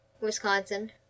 Wisconsin